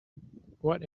what